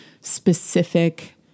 specific